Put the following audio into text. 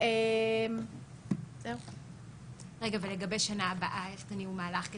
רגע, ולגבי שנה הבאה, איך תניעו מהלך?